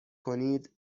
کنید